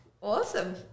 Awesome